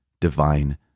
divine